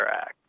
act